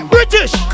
British